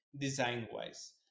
design-wise